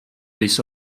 this